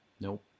Nope